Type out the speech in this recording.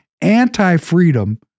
anti-freedom